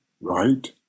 Right